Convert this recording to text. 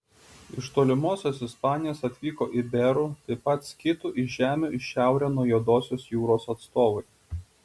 iš tolimosios ispanijos atvyko iberų taip pat skitų iš žemių į šiaurę nuo juodosios jūros atstovai